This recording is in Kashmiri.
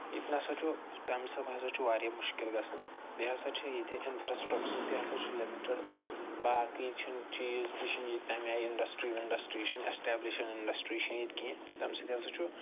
ییٚتہِ نَہ سا چھُ تَمہِ حساب ہَسا چھُ وارِیاہ مُشکِل گَژھان بیٚیہِ ہَسا چھِ ییٚتہِ اِنفرٛاسٕٹرٛکچَر تہِ ہَسا چھُ لِمِٹٕڈ باقٕے چھِنہٕ چیٖز تہِ چھِنہٕ ییٚتہِ تَمہِ آیہِ اِنٛڈسٹرٛی وِنٛڈسٹرٛی چھَنہٕ اٮ۪سٹیبلِشٕڈ اِنٛڈسٹرٛی چھِںہٕ ییٚتہِ کیٚنٛہہ تَمہِ سۭتۍ ہَسا چھُ